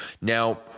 Now